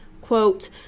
quote